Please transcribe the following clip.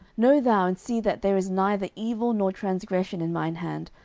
know thou and see that there is neither evil nor transgression in mine hand,